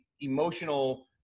emotional